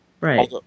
Right